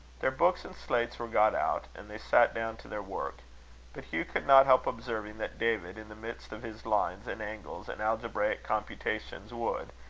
their books and slates were got out, and they sat down to their work but hugh could not help observing that david, in the midst of his lines and angles and algebraic computations, would,